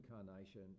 incarnation